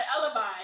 alibi